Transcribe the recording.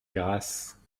grâce